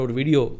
video